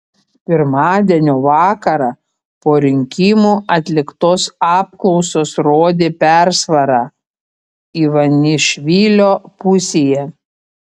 pirmadienio vakarą po rinkimų atliktos apklausos rodė persvarą ivanišvilio pusėje